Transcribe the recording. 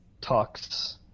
Talks